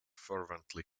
fervently